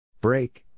break